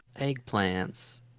Eggplants